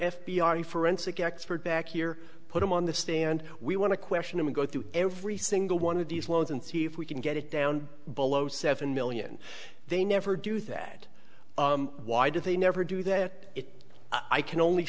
i forensic expert back here put him on the stand we want to question him and go through every single one of these loans and see if we can get it down below seven million they never do that why do they never do that if i can only